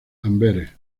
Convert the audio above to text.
amberes